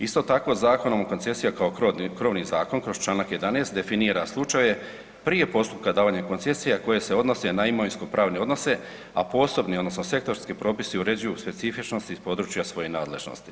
Isto tako, Zakonom o koncesijama kao krovni zakon kroz čl. 11. definira slučaje prije postupka davanja koncesija koje se odnose na imovinsko-pravno odnose a posebni odnosno sektorski propisi uređuju specifičnosti iz područja svojih nadležnosti.